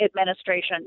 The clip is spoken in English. administration